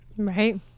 right